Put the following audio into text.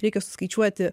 reikia suskaičiuoti